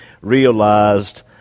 realized